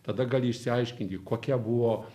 tada gali išsiaiškinti kokia buvo